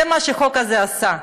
זה מה שהחוק הזה עשה.